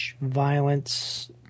violence